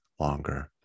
longer